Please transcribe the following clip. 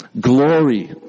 glory